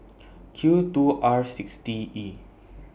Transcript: Q two R six T E